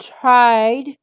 tried